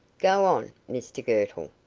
go on, mr girtle,